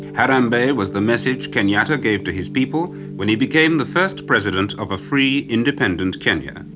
harambee was the message kenyatta gave to his people when he became the first president of a free independent kenya. and